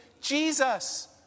Jesus